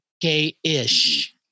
gay-ish